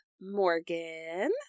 Morgan